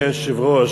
אדוני היושב-ראש,